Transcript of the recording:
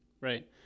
Right